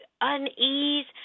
unease